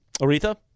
Aretha